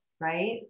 right